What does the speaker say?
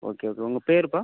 okay okay உங்கள் பேருப்பா